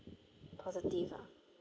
positive ah